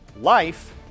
Life